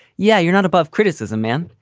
yeah, you're not above criticism, man.